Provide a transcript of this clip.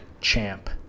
champ